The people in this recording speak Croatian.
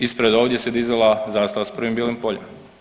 Ispred ovdje se dizala zastava s prvim bijelim poljem.